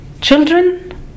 children